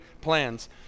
plans